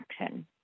action